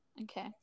Okay